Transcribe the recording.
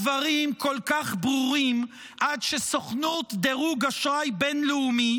הדברים כל כך ברורים עד שסוכנות דירוג אשראי בין-לאומי